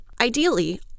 Ideally